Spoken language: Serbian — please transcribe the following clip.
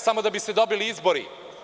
Samo da bi se dobili izbori.